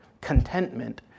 Contentment